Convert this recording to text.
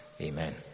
amen